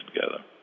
together